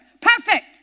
Perfect